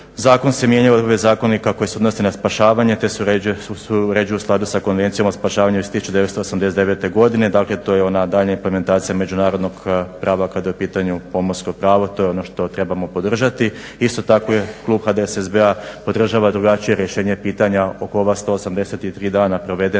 Zakon se mijenjao u ime zakonika koji se odnosi na spašavanje, te se uređuje u skladu sa Konvencijom o spašavanju iz 1989. godine, dakle to ona daljnja implementacija međunarodnog prava kada je u pitanju pomorsko pravo, to je ono što trebamo podržati. Isto tako je klub HDSSB-a podražava drugačije rješenje pitanja oko ova 183 dana provedena